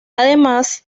además